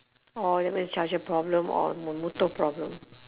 orh that means charger problem or motor problem